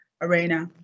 arena